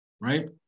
right